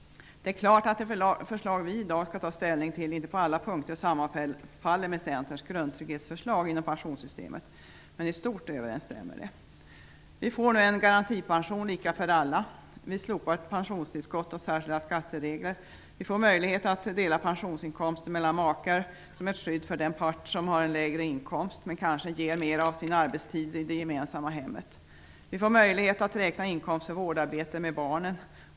Det är klart att det förslag vi i dag skall ta ställning till inte på alla punkter sammanfaller med Centerns grundtrygghetsförslag inom pensionssystemet, men i stort överensstämmer det. Vi får nu en garantipension lika för alla. Vi slopar pensionstillskott och särskilda skatteregler. Vi får möjlighet att dela pensionsinkomsten mellan makar som ett skydd för den part som har lägre inkomst, men kanske ger mera av sin arbetstid i det gemensamma hemmet. Vi får möjlighet att räkna inkomst för vårdarbete med barnen.